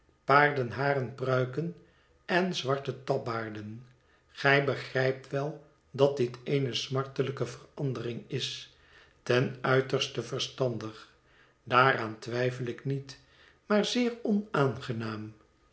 paardenharen pruiken en zwarte tabbaarden gij begrijpt wel dat dit eene smartelijke verandering is ten uiterste verstandig daaraan twijfel ik niet maar zeer onaangenaam